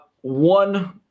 one